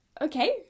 Okay